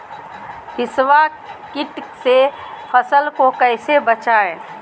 हिसबा किट से फसल को कैसे बचाए?